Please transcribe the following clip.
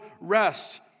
rest